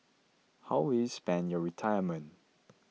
how will you spend your retirement